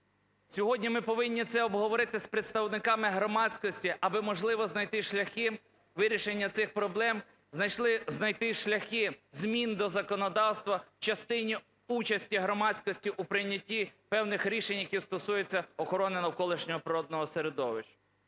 Сьогодні ми повинні це обговорити з представниками громадськості, аби, можливо, знайти шляхи вирішення цих проблем, знайти шляхи змін до законодавства в частині участі громадськості у прийнятті певних рішень, які стосуються охорони навколишнього природного середовища.